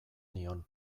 nion